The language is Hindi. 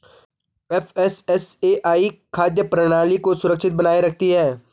एफ.एस.एस.ए.आई खाद्य प्रणाली को सुरक्षित बनाए रखती है